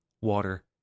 water